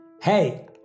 Hey